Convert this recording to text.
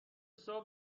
صبح